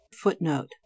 footnote